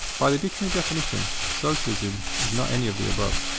by the dictionary definition, socialism is not any of the above.